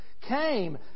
came